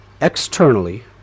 externally